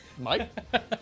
Mike